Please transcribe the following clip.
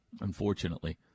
Unfortunately